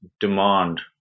demand